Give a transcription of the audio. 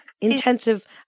intensive